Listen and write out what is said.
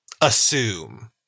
assume